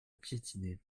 piétiner